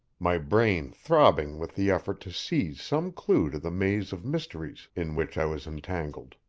my brain throbbing with the effort to seize some clue to the maze of mysteries in which i was entangled.